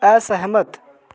असहमत